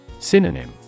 Synonym